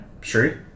sure